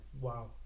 wow